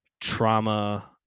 trauma